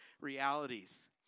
realities